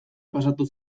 pasatu